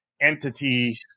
entity